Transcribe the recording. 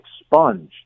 expunged